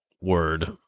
word